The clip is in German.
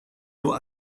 nur